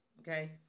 Okay